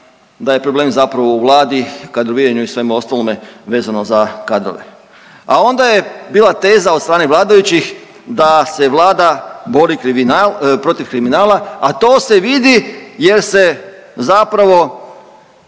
da je problem zapravo u vladi, kadroviranju i svemu ostalome vezano za kadrove a onda je bila teza od strane vladajućih da se vlada bori kriminal, protiv kriminala, a to se vidi jer se zapravo